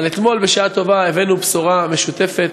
אבל אתמול בשעה טובה הבאנו בשורה משותפת,